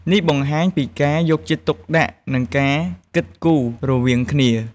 នេះបង្ហាញពីការយកចិត្តទុកដាក់ និងការគិតគូររវាងគ្នា។